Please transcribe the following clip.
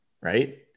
right